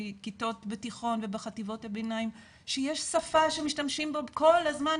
מכיתות בתיכון ובחטיבות הביניים שיש שפה שמשתמשים בה כל הזמן,